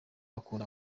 ukunda